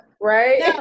Right